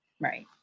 Right